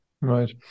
right